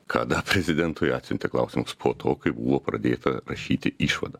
kada prezidentui atsiuntė klausimus po to kai buvo pradėta rašyti išvadą